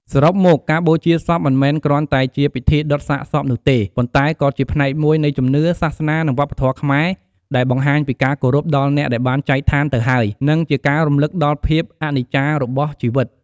សរុបមក ការបូជាសពមិនមែនគ្រាន់តែជាពិធីដុតសាកសពនោះទេ ប៉ុន្តែក៏ជាផ្នែកមួយនៃជំនឿ សាសនា និងវប្បធម៌ខ្មែរ ដែលបង្ហាញពីការគោរពដល់អ្នកដែលបានចែកឋានទៅហើយ និងជាការរំលឹកដល់ភាពអនិច្ចារបស់ជីវិត។